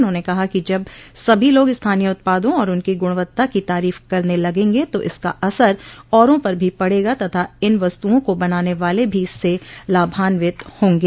उन्होंने कहा कि जब सभी लोग स्थानीय उत्पादों और उनकी गुणवत्ता की तारीफ करने लगेंगे तो इसका असर औरों पर भी पड़ेगा तथा इन वस्तुओं को बनाने वाले भी इससे लाभान्वित होंगे